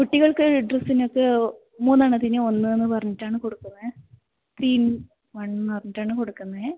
കുട്ടികൾക്ക് ഡ്രസ്സിനൊക്കെ മൂന്നെണ്ണത്തിന് ഒന്ന് എന്ന് പറഞ്ഞിട്ടാണ് കൊടുക്കുന്നത് ത്രീ ഇൻ വൺ എന്ന് പറഞ്ഞിട്ടാണ് കൊടുക്കുന്നത്